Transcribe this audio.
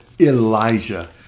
Elijah